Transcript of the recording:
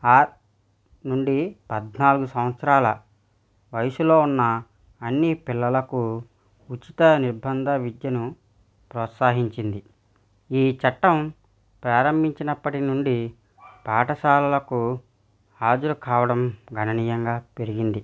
ఆరు నుండి పద్నాలుగు సంవత్సరాల వయసులో ఉన్న అందరి పిల్లలకు ఉచిత నిర్బంధ విద్యను ప్రోత్సహించింది ఈ చట్టం ప్రారంభించినప్పటి నుండి పాఠశాలలకు హాజరు కావడం గణనీయంగా పెరిగింది